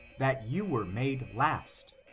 that you were made last,